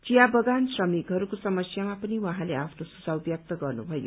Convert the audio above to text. चिया बगान श्रमिकहरूको समस्यामा पनि उहाँले आफ्नो सुझाउ व्यक्त गर्नुभयो